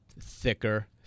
thicker